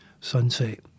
sunset